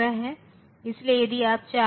output केवल 0 होगा जब सभी इनपुट 1 के बराबर हों